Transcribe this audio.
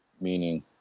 meaning